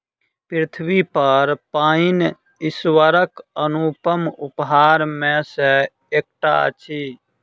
पृथ्वीपर पाइन ईश्वरक अनुपम उपहार मे सॅ एकटा अछि